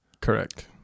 Correct